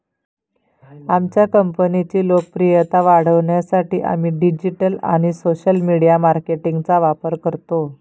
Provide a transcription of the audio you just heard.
आमच्या कंपनीची लोकप्रियता वाढवण्यासाठी आम्ही डिजिटल आणि सोशल मीडिया मार्केटिंगचा वापर करतो